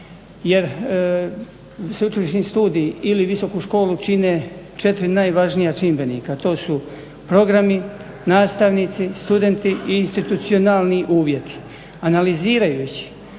jer sveučilišni studij ili visoku školu čine četiri najvažnija čimbenika, to su programi, nastavnici, studenti i institucionalni uvjeti. Analizirajući